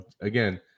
again